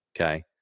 Okay